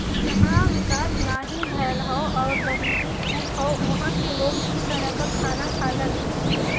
जहां विकास नाहीं भयल हौ आउर गरीबी खूब हौ उहां क लोग इ तरह क खाना खालन